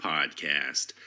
Podcast